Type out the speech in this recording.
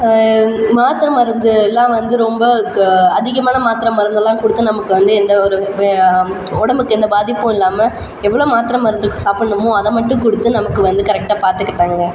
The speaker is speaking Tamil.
மாத்திரை மருந்து எல்லாம் வந்து ரொம்ப அதிகமான மாத்திரை மருந்துல்லாம் நமக்கு வந்து எந்த ஒரு உடம்புக்கு எந்த பாதிப்பும் இல்லாமல் எவ்வளோ மாத்திரை மருந்து சாப்பிடணுமோ அதை மட்டும் கொடுத்து நமக்கு வந்து கரெக்ட்டாக பார்த்துக்கிட்டாங்க